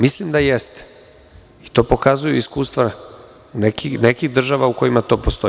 Mislim da jeste i to pokazuju iskustva nekih država u kojima to postoji.